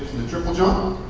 triple jump.